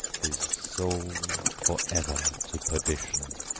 his soul forever to perdition.